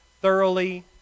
thoroughly